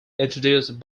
introduced